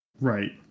Right